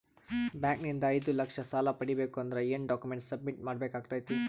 Bank ನಿಂದ ಐದು ಲಕ್ಷ ಸಾಲ ಪಡಿಬೇಕು ಅಂದ್ರ ಏನ ಡಾಕ್ಯುಮೆಂಟ್ ಸಬ್ಮಿಟ್ ಮಾಡ ಬೇಕಾಗತೈತಿ?